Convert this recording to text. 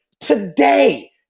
today